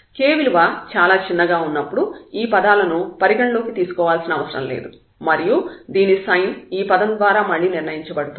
k విలువ చాలా చిన్నగా ఉన్నప్పుడు ఈ పదాలను పరిగణలోకి తీసుకోనవసరం లేదు మరియు దీని సైన్ ఈ పదం ద్వారా మళ్ళీ నిర్ణయించబడుతుంది